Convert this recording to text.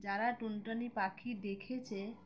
যারা টুনটুনি পাখি দেখেছে